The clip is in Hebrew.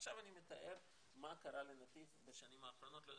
עכשיו אני מתאר מה קרה לנתיב בשנים האחרונות.